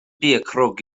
bierkrug